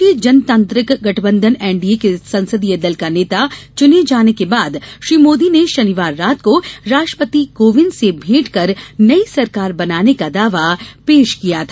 राष्ट्रीय जनतांत्रिक गठबंधन एनडीए के संसदीय दल का नेता चुने जाने के बाद श्री मोदी ने शनिवार रात को राष्ट्रपति कोविंद से भेंट कर नयी सरकार बनाने का दावा पेश किया था